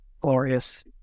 glorious